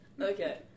Okay